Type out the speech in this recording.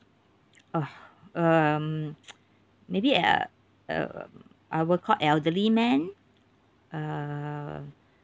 oh um maybe a um I would call elderly man uh